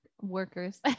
workers